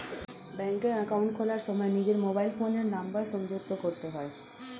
ব্যাঙ্কে অ্যাকাউন্ট খোলার সময় নিজের মোবাইল ফোনের নাম্বার সংযুক্ত করতে হয়